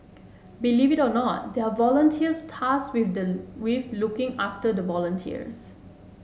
believe it or not there are volunteers tasked with the with looking after the volunteers